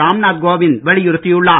ராம்நாத் கோவிந்த் வலியுறுத்தியுள்ளார்